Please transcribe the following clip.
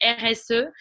RSE